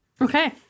okay